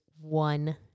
one